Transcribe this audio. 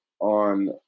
on